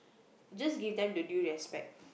just give them the due respect